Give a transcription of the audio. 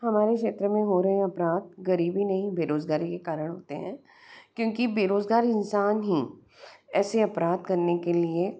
हमारे क्षेत्र में हो रहे अपराध ग़रीबी नहीं बेरोज़गारी के कारण होते हैं क्योंकि बेरोज़गार इंसान ही ऐसे अपराध करने के लिए